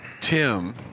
Tim